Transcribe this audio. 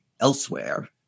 elsewhere